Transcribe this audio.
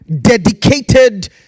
dedicated